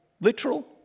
Literal